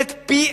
כשר.